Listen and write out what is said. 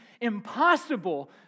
impossible